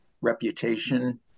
reputation